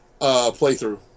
playthrough